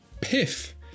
piff